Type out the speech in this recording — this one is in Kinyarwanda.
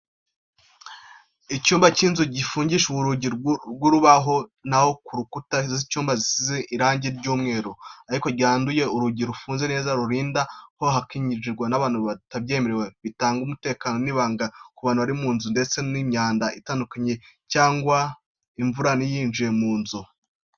Icyumba cy'inzu gifungishijwe urugi rw'urubaho na ho inkuta z'icyumba zisize irangi ry'umweru ariko ryanduye. Urugi iyo rufunze neza rurinda ko hakinjirwa n'abantu batabyemerewe, bigatanga umutekano n'ibanga ku bantu bari mu nzu ndetse n'imyanda itandukanye cyangwa imvura ntibyinjire mu nzu.